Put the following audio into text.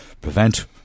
prevent